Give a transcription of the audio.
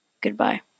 Goodbye